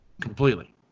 completely